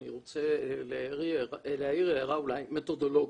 אני רוצה להעיר הערה אולי מתודולוגית.